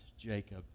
Jacob